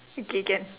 okay can